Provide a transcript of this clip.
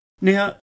Now